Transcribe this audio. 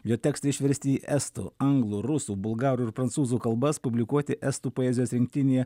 jo tekstai išversti į estų anglų rusų bulgarų ir prancūzų kalbas publikuoti estų poezijos rinktinėje